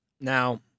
Now